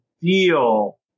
feel